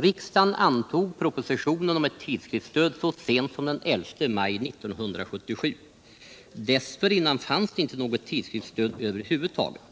Riksdagen antog propositionen om ett tidskriftsstöd så sent som den 11 maj 1977. Dessförinnan fanns inte något tidskriftsstöd över huvud taget.